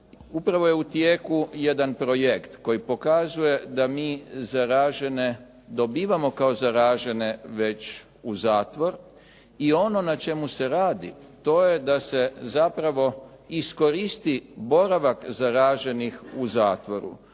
upravo je u tijeku jedan projekt koji pokazuje da mi zaražene dobivamo kao zaražene već u zatvor i ono na čemu se radi to je da se zapravo iskoristi boravak zaraženih u zatvoru,